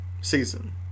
season